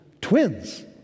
twins